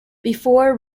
before